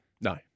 No